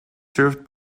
served